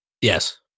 Yes